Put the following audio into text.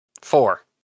Four